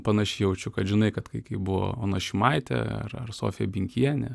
panašiai jaučiu kad žinai kad kai buvo ona šimaitė ar ar sofija binkienė